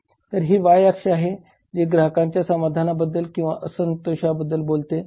तर ही y अक्ष आहे जी ग्राहकांच्या समाधानाबद्दल किंवा असंतोषाबद्दल बोलते